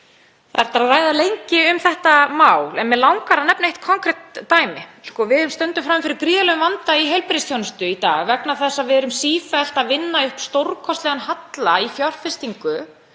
hægt að ræða það lengi en mig langar að nefna eitt konkret dæmi. Við stöndum frammi fyrir gríðarlegum vanda í heilbrigðisþjónustu í dag vegna þess að við erum sífellt að vinna upp stórkostlegan halla í fjárfestingu,